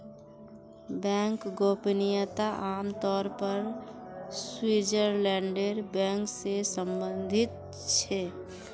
bank गोपनीयता आम तौर पर स्विटज़रलैंडेर बैंक से सम्बंधित छे